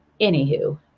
Anywho